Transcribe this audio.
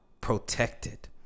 protected